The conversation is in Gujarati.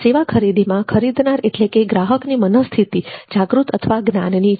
સેવા ખરીદીમાં ખરીદનાર એટલે કે ગ્રાહકની મનઃસ્થિતિ જાગૃત અથવા જ્ઞાનની છે